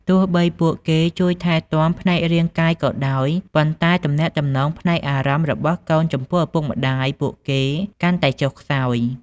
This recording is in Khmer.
ទោះបីពួកគេជួយថែទាំផ្នែករាងកាយក៏ដោយ ប៉ុន្តែទំនាក់ទំនងផ្នែកអារម្មណ៍របស់កូនចំពោះឪពុកម្ដាយពួកគេកាន់តែចុះខ្សោយ។